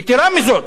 יתירה מזאת,